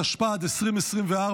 התשפ"ד 2024,